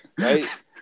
right